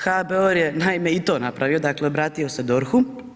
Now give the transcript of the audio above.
HBOR j enaime i to napravio, dakle obratio se DORH-u.